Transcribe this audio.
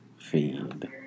feed